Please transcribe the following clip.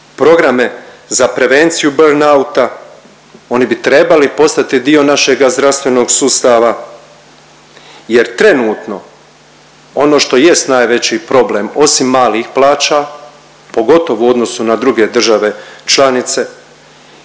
programe za prevenciju burn outa. Oni bi trebali postati dio našega zdravstvenog sustava, jer trenutno ono što jest najveći problem osim malih plaća pogotovo u odnosu na druge države članice